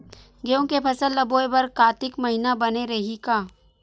गेहूं के फसल ल बोय बर कातिक महिना बने रहि का?